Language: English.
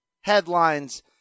headlines